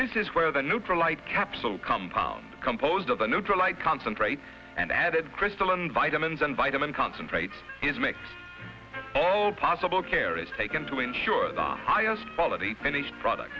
this is where the neutral light capsule compound composed of the neutral light concentrate and added cristal on vitamins and vitamin concentrates is make all possible care is taken to ensure the highest quality finished product